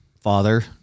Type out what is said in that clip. father